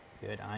Good